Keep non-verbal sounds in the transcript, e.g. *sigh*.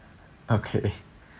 okay *laughs*